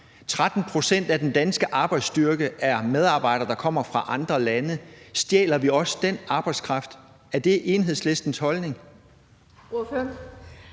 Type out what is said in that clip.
13 pct. af den danske arbejdsstyrke er medarbejdere, der kommer fra andre lande. Stjæler vi også den arbejdskraft? Er det Enhedslistens holdning?